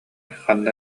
ханна